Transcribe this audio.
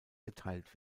geteilt